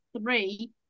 three